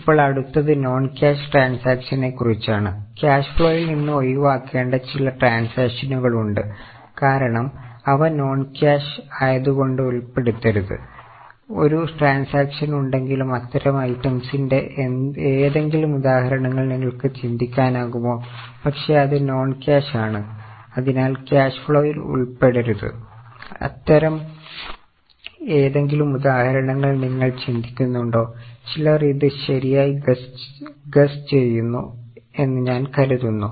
ഇപ്പോൾ അടുത്തത് non cash ട്രാൻസാക്ഷനെ കുറിച്ചാണ് ക്യാഷ് ഫ്ലോയിൽ നിന്ന് ഒഴിവാക്കേണ്ട ചില ട്രാൻസാക്ഷനുകൾ ഉണ്ട് കാരണം അവ നോൺ ക്യാഷ് ചെയുന്നു എന്ന് ഞാൻ കരുതുന്നു